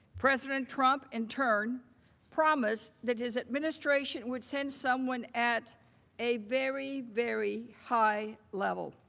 president trump intern promised that his administration would send someone at a very very high level.